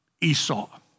Esau